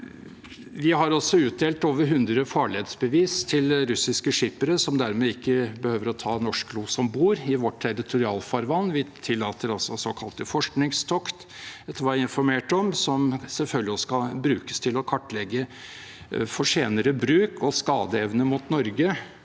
Vi har også utdelt over 100 farledsbevis til russiske skippere, som dermed ikke behøver å ta norsk los om bord i vårt territorialfarvann. Vi tillater såkalte forskningstokt, etter hva jeg er informert om, som selvfølgelig også kan brukes til å kartlegge for senere bruk og skadeevne mot Norge.